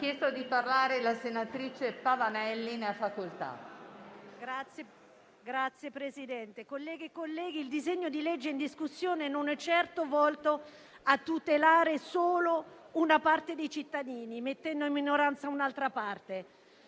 onorevoli colleghe e colleghi, il disegno di legge in discussione non è certamente volto a tutelare solo una parte dei cittadini, mettendo in minoranza un'altra parte.